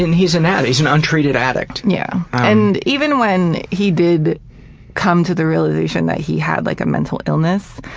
and he's an addict he's an untreated addict. yeah and even when he did come to the realization that he had, like, a mental illness,